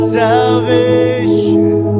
salvation